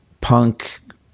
punk